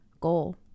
goal